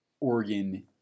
organ